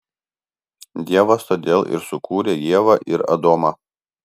dievas todėl ir sukūrė ievą ir adomą